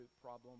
problem